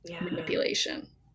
manipulation